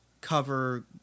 cover